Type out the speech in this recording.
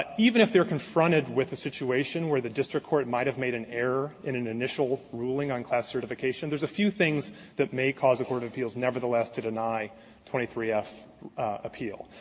and even if they're confronted with a situation where the district court might have made an error in an initial ruling on class certification, there's a few things that may cause a court of appeals nevertheless to deny twenty three f appeal.